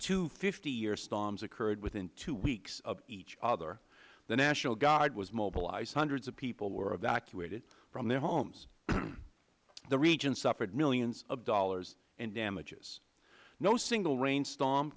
two fifty year storms occurred within two weeks of each other the national guard was mobilized hundreds of people were evacuated from their homes the region suffered millions of dollars in damages no single rain storm